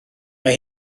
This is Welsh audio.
mae